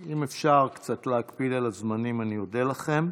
אם אפשר קצת להקפיד על הזמנים אני אודה לכם.